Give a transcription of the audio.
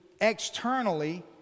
externally